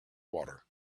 water